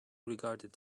regarded